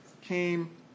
came